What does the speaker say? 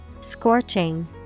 Scorching